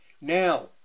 Now